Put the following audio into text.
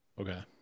Okay